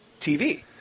TV